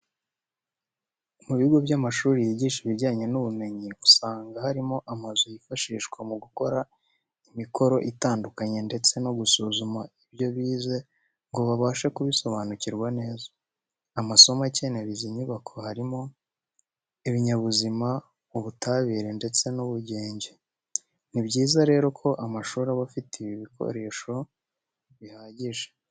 Mu bigo by'amashuri yigisha ibijyanye n'ubumenyi usanga harimo amazu yifashishwa mu gukora imikoro itandukanye ndetse no gusuzuma ibyo bize ngo babashe kubisobanukirwa neza. Amasomo akenera izi nyubako harimo: ibinyabuzima, ubutabire ndetse n'ubugenge. Ni byiza rero ko amashuri aba afite ibikoresho bihagije.